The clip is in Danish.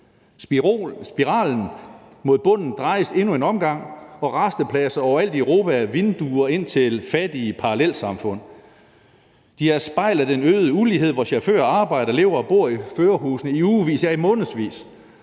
Spiralen mod bunden drejes endnu en omgang, og rastepladser overalt i Europa er vinduer ind til fattige parallelsamfund. De er et spejl af den øgede ulighed, hvor chauffører arbejder, lever og bor i førerhusene i ugevis, ja, i månedsvis,